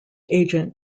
agent